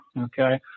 Okay